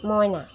মইনা